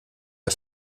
der